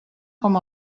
com